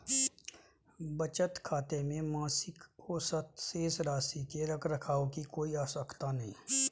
बचत खाते में मासिक औसत शेष राशि के रख रखाव की कोई आवश्यकता नहीं